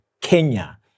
Kenya